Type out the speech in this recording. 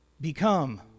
become